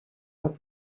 dat